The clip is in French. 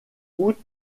outre